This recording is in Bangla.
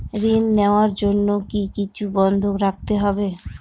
ঋণ নেওয়ার জন্য কি কিছু বন্ধক রাখতে হবে?